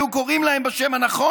היו קוראים להם בשם הנכון,